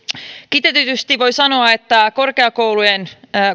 kiteytetysti voi sanoa että korkeakoulujen